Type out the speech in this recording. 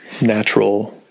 Natural